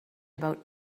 about